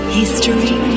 History